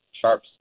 Sharps